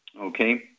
okay